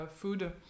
food